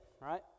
right